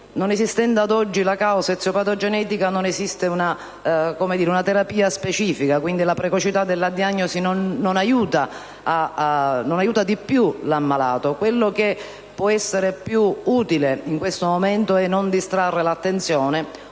individuate ad oggi le caratteristiche eziopatogenetiche, non esiste una terapia specifica, per cui la precocità della diagnosi non serve ad aiutare di più l'ammalato. Quello che può essere più utile in questo momento è non distrarre l'attenzione